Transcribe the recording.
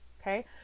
Okay